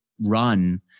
run